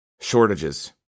Shortages